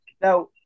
Now